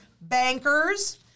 bankers